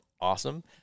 awesome